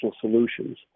solutions